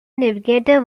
navigator